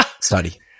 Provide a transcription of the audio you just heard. Study